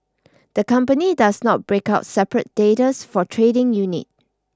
the company does not break out separate data's for trading unit